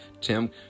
Tim